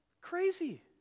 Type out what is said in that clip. crazy